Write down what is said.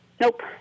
Nope